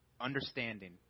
understanding